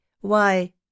why